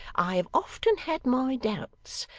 i have often had my doubts.